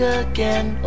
again